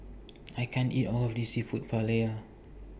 I can't eat All of This Seafood Paella